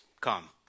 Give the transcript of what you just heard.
come